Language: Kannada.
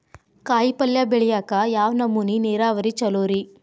ಕಾಯಿಪಲ್ಯ ಬೆಳಿಯಾಕ ಯಾವ್ ನಮೂನಿ ನೇರಾವರಿ ಛಲೋ ರಿ?